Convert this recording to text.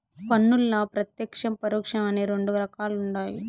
పన్నుల్ల ప్రత్యేక్షం, పరోక్షం అని రెండు రకాలుండాయి